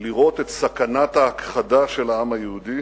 לראות את סכנת ההכחדה של העם היהודי